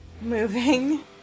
moving